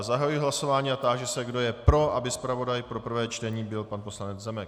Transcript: Zahajuji hlasování a táži se, kdo je pro, aby zpravodajem pro prvé čtení byl pan poslanec Zemek.